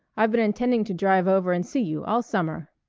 i've been intending to drive over and see you, all summer.